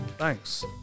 Thanks